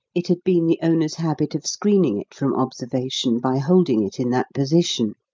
it had been the owner's habit of screening it from observation by holding it in that position.